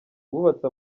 bubatse